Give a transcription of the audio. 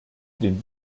den